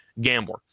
Gambler